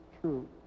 true